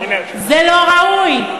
זה לא ראוי,